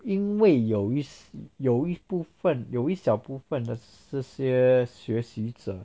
因为有一些有一部分有一小部分的这些学习者